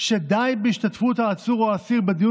שדי בהשתתפות העצור או האסיר בדיון